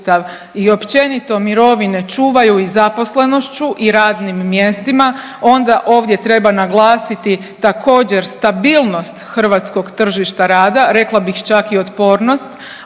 i općenito mirovine čuvaju i zaposlenošću i radnim mjestima, onda ovdje treba naglasiti također stabilnost hrvatskog tržišta rada, rekla bih čak i otpornost